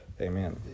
Amen